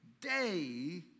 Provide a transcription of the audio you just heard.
day